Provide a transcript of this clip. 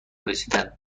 رسیدن